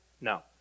No